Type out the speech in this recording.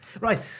Right